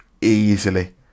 Easily